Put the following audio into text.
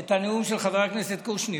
את הנאום של חבר הכנסת קושניר.